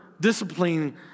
discipline